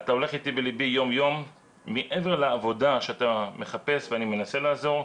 אתה הולך איתי בליבי יום יום מעבר לעבודה שאתה מחפש ואני מנסה לעזור,